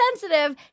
sensitive